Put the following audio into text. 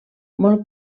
molt